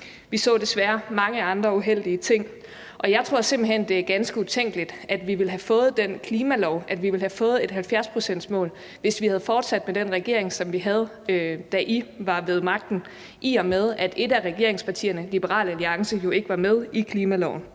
vi så desværre mange andre uheldige ting. Og jeg tror simpelt hen, det er ganske utænkeligt, at vi ville have fået den klimalov, at vi ville have fået et 70-procentsmål, hvis vi var fortsat med den regering, som vi havde, da I var ved magten, i og med at et af regeringspartierne, Liberal Alliance, jo ikke var med i klimaloven.